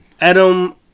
Adam